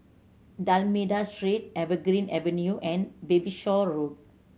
D'Almeida Street Evergreen Avenue and Bayshore Road